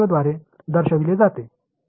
तर द्वारे दर्शविले जाते